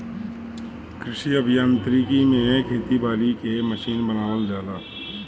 कृषि अभियांत्रिकी में खेती बारी के मशीन बनावल जाला